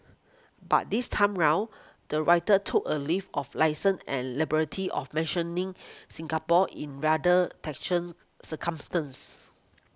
but this time round the writer took a leave of licence and liberty of mentioning Singapore in rather circumstances